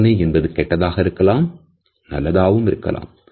வாசனை என்பது கெட்டதாகவும் இருக்கலாம் நல்லதாகவும் இருக்கலாம்